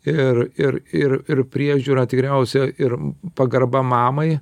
ir ir ir ir priežiūra tikriausia ir pagarba mamai